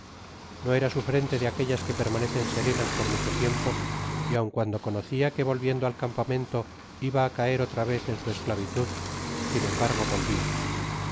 no era su frente de aquellas que permanecen serenas por mucho tiempo y aun cuando conoc a que volviendo al campamento iba á caer otra vez en su esclavitud sin embargo volvia